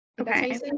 Okay